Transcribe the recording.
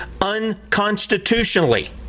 unconstitutionally